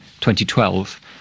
2012